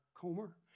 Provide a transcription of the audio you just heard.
Comer